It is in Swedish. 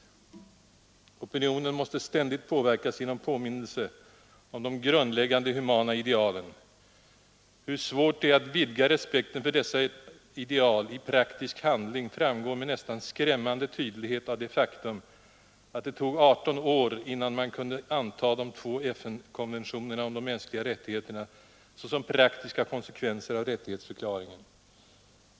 Opinionen måste ständigt påverkas genom påminnelse om de grundläggande humana idealen. Hur svårt det är att vidga respekten för dessa ideal i praktisk handling framgår med nästan skrämmande tydlighet av det faktum att det tog 18 år innan man kunde anta de två FN-konventionerna om de mänskliga rättigheterna såsom praktiska konsekvenser av rättighetsförklaringen.